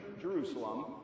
Jerusalem